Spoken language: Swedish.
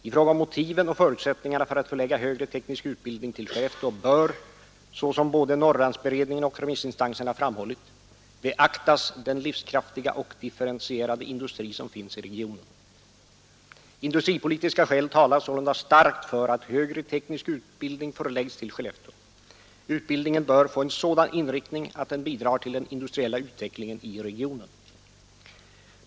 I fråga om motiven och förutsättningarna för att förlägga högre teknisk utbildning till Skellefteå bör, såsom både norrlandsberedningen och remissinstanserna framhållit, beaktas den livskraftiga och differentierade industri som finns i regionen. Industripolitiska skäl talar sålunda starkt för att högre teknisk utbildning förläggs till Skellefteå. Utbildningen bör få en sådan inriktning att den bidrar till den industriella utvecklingen i regionen.